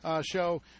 show